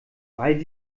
weil